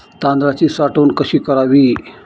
तांदळाची साठवण कशी करावी?